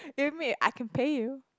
give me I can pay you